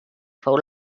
fou